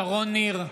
שרון ניר,